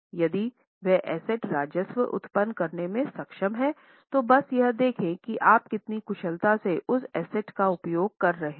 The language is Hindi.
यदि वह एसेट राजस्व उत्पन्न करने में सक्षम है तो बस यह देखें कि आप कितनी कुशलता से उस एसेट उपयोग कर रहे हैं